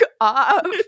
off